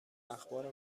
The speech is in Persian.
اخبار